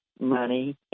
money